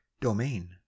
domain